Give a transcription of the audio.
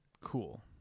cool